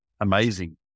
amazing